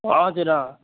हजुर अँ